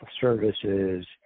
services